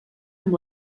amb